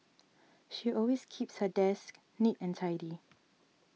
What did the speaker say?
she always keeps her desk neat and tidy